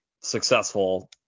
successful